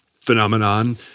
phenomenon